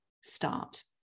start